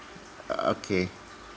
okay